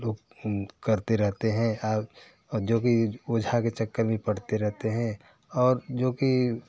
दुख करते रहते हैं और जो भी ओझा के चक्कर में पढ़ते रहते हैं और जो की